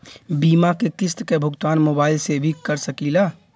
बीमा के किस्त क भुगतान मोबाइल से भी कर सकी ला?